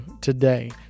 today